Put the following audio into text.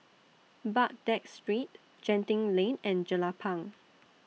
Baghdad Street Genting Lane and Jelapang